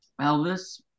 Elvis